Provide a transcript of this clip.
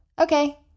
Okay